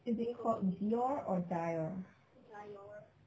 is it called dior or dior